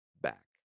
back